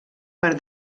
per